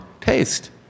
taste